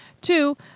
Two